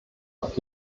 auf